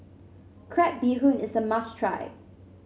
Crab Bee Hoon is a must try